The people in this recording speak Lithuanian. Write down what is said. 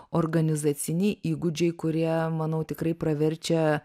organizaciniai įgūdžiai kurie manau tikrai praverčia